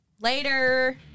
Later